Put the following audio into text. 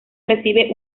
recibe